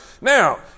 Now